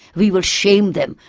we will shame them.